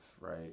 right